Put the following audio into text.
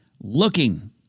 Looking